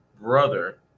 brother